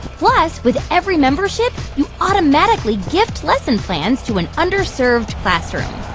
plus, with every membership, you automatically gift lesson plans to an underserved classroom.